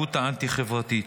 וההתנהגות האנטי-חברתית.